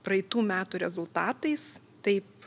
praeitų metų rezultatais taip